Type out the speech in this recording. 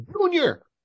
junior